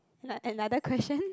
ano~ another question